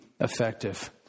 effective